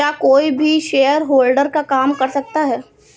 क्या कोई भी शेयरहोल्डर का काम कर सकता है?